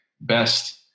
best